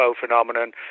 phenomenon